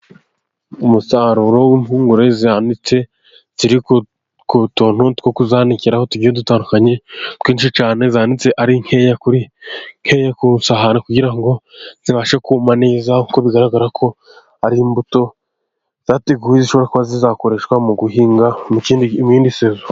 Umusaruro w'impungure zihanitse. Ziri ku tuntu two kuzanikira tugiye dutandukanye twinshi cyane, zanditse ari nkeya ku isahani kugira ngo zibashe kuma neza nkuko bigaragara ko ari imbuto zateguwe, zishobora kuba zizakoreshwa mu guhinga mu yindi sezo.